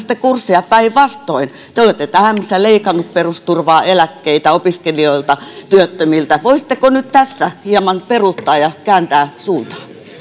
muuttaisitte kurssia päinvastoin te olette tähän mennessä leikanneet perusturvaa eläkkeitä opiskelijoilta työttömiltä voisitteko nyt tässä hieman peruuttaa ja kääntää suuntaa